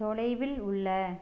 தொலைவில் உள்ள